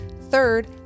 Third